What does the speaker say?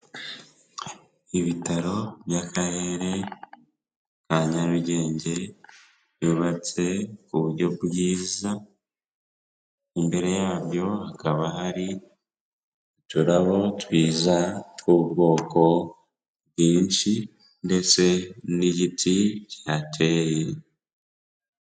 Ibitaro by'Akarere ka Nyarugenge byubatse ku buryo bwiza, imbere yabyo hakaba hari uturabo twiza tw'ubwoko bwinshi ndetse n'igiti kihateye.